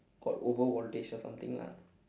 got over voltage or something lah